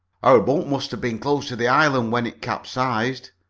our boat must have been close to the island when it capsized,